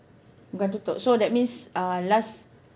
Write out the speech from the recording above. bukan tutup so that means uh last